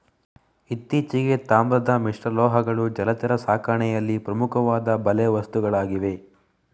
ಇತ್ತೀಚೆಗೆ, ತಾಮ್ರದ ಮಿಶ್ರಲೋಹಗಳು ಜಲಚರ ಸಾಕಣೆಯಲ್ಲಿ ಪ್ರಮುಖವಾದ ಬಲೆ ವಸ್ತುಗಳಾಗಿವೆ